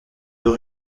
deux